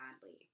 badly